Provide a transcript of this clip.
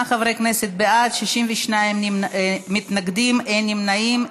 38 חברי כנסת בעד, 62 מתנגדים, אין נמנעים.